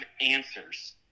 answers